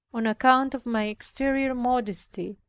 on account of my exterior modesty,